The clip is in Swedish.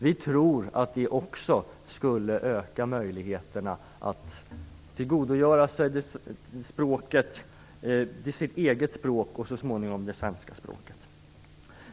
Vi tror att även detta skulle öka möjligheterna att tillgodogöra sig det egna språket, och så småningom också det svenska språket.